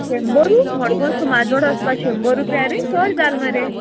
शंबर मडगो सून माजोर्डा शंबर रुपया रे चोड जाल मरे